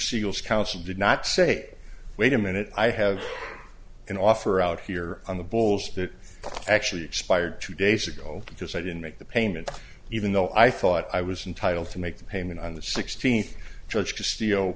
seales counsel did not say wait a minute i have an offer out here on the bulls that actually expired two days ago because i didn't make the payment even though i thought i was entitle to make the payment on the sixteenth judge to steal